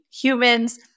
humans